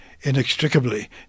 inextricably